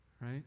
right